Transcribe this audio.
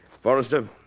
Forrester